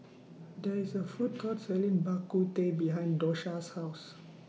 There IS A Food Court Selling Bak Kut Teh behind Dosha's House